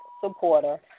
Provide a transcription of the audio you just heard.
supporter